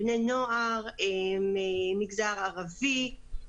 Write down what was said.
בני נוער, מהמגזר ערבי.